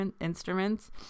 instruments